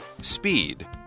Speed